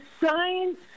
science